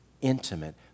intimate